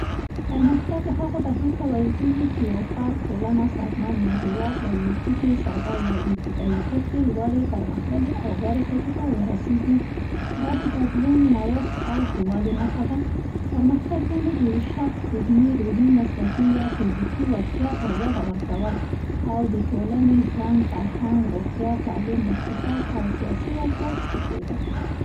پرمختګ هغه بهير ته ويل کېږي، چي يو فرد، ټولنه، سازمان يا هېواد له يوې ټيټې، ساده يا ابتدایي کچې لوړې، پرمختللې او غورې کچې ورسېږي. دا د بدلون، نوښت او ښه والي نښه ده. پرمختګ یعنې د يوه شخص ذهني، روحي، مسلکي يا فزيکي وړتياوو ته وده ورکول او د ټولنې، ژوند، فرهنګ، روغتيا، تعلیم، اقتصاد او سياسي وضعيت ښه کېدل.